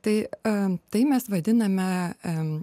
tai a tai mes vaidiname